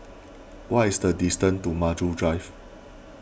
what is the distance to Maju Drive